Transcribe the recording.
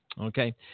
okay